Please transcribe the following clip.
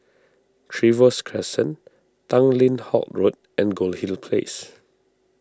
Trevose Crescent Tanglin Halt Road and Goldhill Place